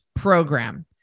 program